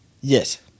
Yes